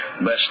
Best